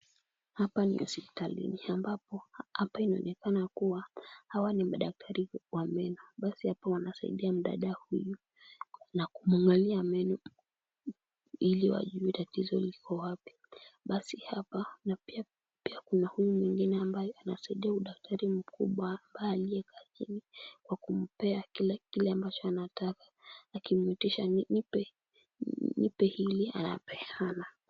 Hapa ni hospitalini ambapo, hapa inaonekana kuwa, hawa ni madaktari wa meno, wanasaidia mwanadada huyu na kumwangalia meno, ili wajue tatizo liko wapi, badi hapa, na pia pia kuna huyu mwingine ambaye anasaidia daktari huyu mkubwa hapa aliyekaa chini, kwa kumpea kila, kile ambacho anataka, akimwitisha nipe, nipe hili anapeana.